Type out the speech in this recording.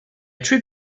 trip